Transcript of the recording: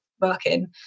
working